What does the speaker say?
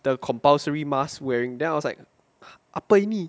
the compulsory mask wearing then I was like apa ini